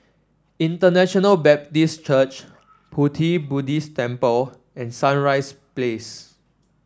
International Baptist Church Pu Ti Buddhist Temple and Sunrise Place